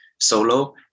solo